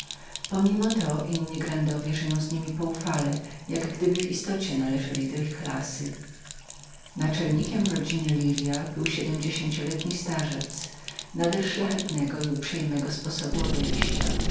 pomimo to inni grandowie żyją z nimi poufale jak gdyby w istocie należeli do ich klasy naczelnikiem rodziny lirias był siedmdziesięcioletni starzec nader szlachetnego i uprzejmego sposobu obejścia